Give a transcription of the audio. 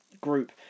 group